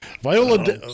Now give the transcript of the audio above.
Viola